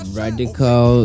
radical